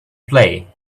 play